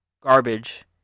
garbage